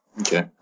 Okay